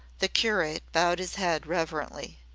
the curate bowed his head reverently.